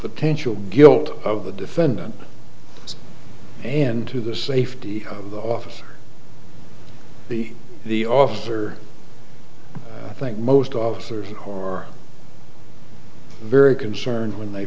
potential guilt of the defendant and to the safety of the officer be the officer i think most officers or very concerned when they